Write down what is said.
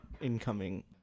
incoming